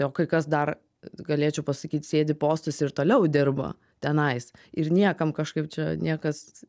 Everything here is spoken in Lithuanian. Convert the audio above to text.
o kai kas dar galėčiau pasakyt sėdi postuose ir toliau dirba tenais ir niekam kažkaip čia niekas